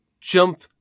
jump